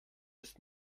ist